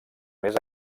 més